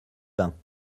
bains